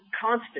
constant